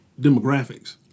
demographics